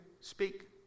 speak